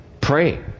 Pray